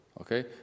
Okay